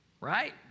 Right